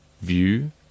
view